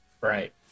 Right